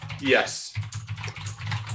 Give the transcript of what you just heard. Yes